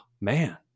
man